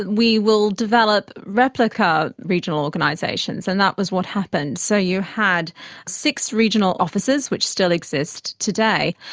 we will develop replica regional organisations and that was what happened. so you had six regional offices, which still exist today,